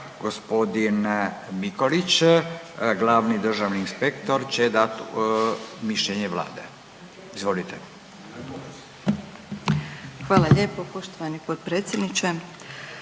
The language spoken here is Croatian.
gospodin Mikolić glavni državni inspektor će dati mišljenje Vlade. Izvolite. **Magaš, Dunja** Hvala lijepo poštovani potpredsjedniče.